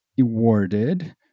awarded